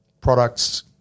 products